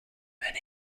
many